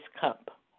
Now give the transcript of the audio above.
cup